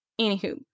Anywho